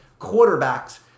quarterbacks